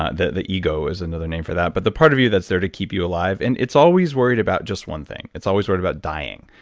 ah the the ego is another name for that. but the part of you that's there to keep you alive. and it's always worried about just one thing. it's always worried about dying,